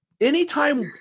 anytime